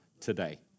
today